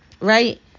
right